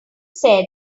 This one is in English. said